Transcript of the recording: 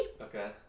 Okay